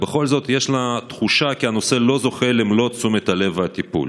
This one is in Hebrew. ובכל זאת יש תחושה כי הנושא לא זוכה למלוא תשומת הלב והטיפול.